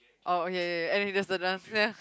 oh okay okay okay anyway that's the dadnce yeah